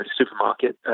supermarket